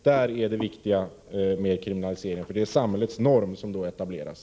Detta är det viktiga med kriminaliseringen, eftersom samhällets norm därmed etableras.